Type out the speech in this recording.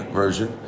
version